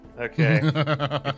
Okay